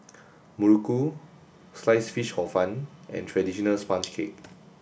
Muruku sliced fish hor fun and traditional sponge cake